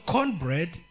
Cornbread